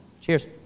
cheers